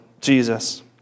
Jesus